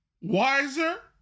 wiser